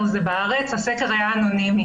החשיבות היא כמובן לשמור על רף קבוע ואחיד לכולם.